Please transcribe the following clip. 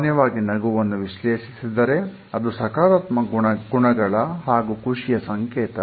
ಸಾಮಾನ್ಯವಾಗಿ ನಗುವನ್ನು ವಿಶ್ಲೇಷಿಸಿದರೆ ಅದು ಸಕಾರಾತ್ಮಕ ಗುಣಗಳ ಹಾಗೂ ಖುಷಿಯ ಸಂಕೇತ